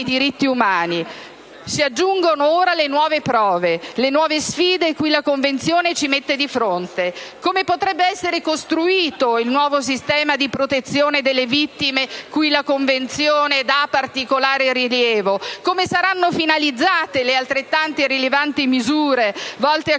diritti umani. Si aggiungono ora nuove prove: le nuove sfide cui la Convenzione ci mette di fronte. Come potrebbe essere costruito il nuovo sistema di protezione delle vittime cui la Convenzione da particolare rilievo? Come saranno finalizzate le altrettanto rilevanti misure volte a